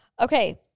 Okay